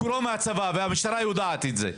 מקורו בצבא, והמשטרה יודעת את זה.